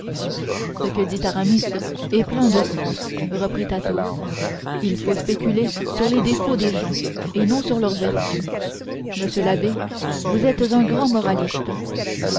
ce que dit aramis est plein de sens reprit athos il faut spéculer sur les défauts des gens et non sur leurs vertus monsieur l'abbé vous êtes un grand moraliste